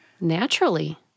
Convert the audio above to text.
Naturally